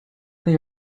they